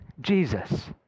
Jesus